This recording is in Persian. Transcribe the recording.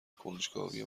کنجکاوی